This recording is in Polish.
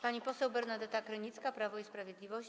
Pani poseł Bernadeta Krynicka, Prawo i Sprawiedliwość.